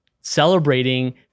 celebrating